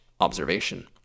observation